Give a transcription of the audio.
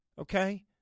okay